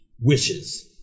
Wishes